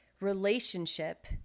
relationship